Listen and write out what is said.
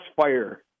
fire